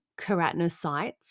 keratinocytes